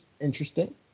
interesting